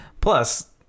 plus